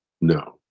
No